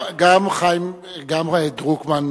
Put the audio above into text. גם דרוקמן,